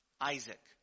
Isaac